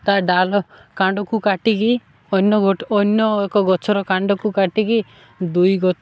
ତା' ଡାଳ କାଣ୍ଡକୁ କାଟିକି ଅନ୍ୟ ଅନ୍ୟ ଏକ ଗଛର କାଣ୍ଡକୁ କାଟିକି ଦୁଇ